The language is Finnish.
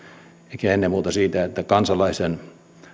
ehkä ennen muuta kansalaisen